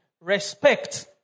respect